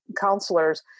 counselors